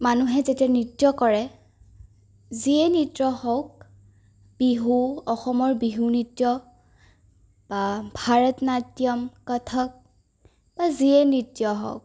মানুহে যেতিয়া নৃত্য কৰে যিয়েই নৃত্য হওক বিহু অসমৰ বিহু নৃত্য বা ভাৰতনাট্যম কথক বা যিয়ে নৃত্য হওক